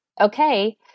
okay